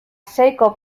seiko